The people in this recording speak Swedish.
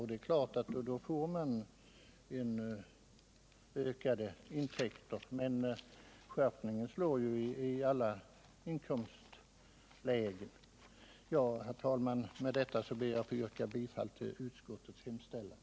Det är klart att man då får ökade intäkter. Men den skärpningen slår ju i alla inkomstlägen! Herr talman! Med detta ber jag att få yrka bifall till utskottets hemställan.